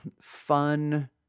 fun